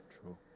True